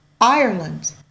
ireland